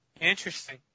Interesting